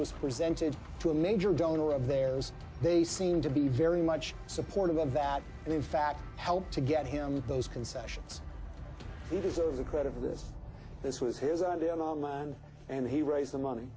was presented to a major donor of theirs they seemed to be very much supportive of that and in fact helped to get him those concessions he deserve the credit for this this was his idea not mine and he raised the money